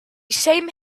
same